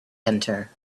enter